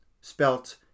spelt